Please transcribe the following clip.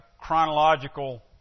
chronological